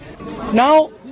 Now